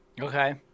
okay